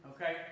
Okay